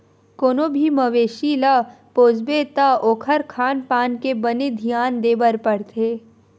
कोनो भी मवेसी ल पोसबे त ओखर खान पान के बने धियान देबर परथे